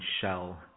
shell